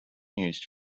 used